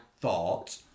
thought